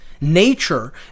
Nature